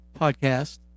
podcast